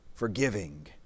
forgiving